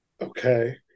Okay